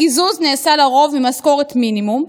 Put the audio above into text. הקיזוז נעשה לרוב ממשכורת מינימום,